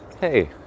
Hey